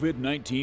COVID-19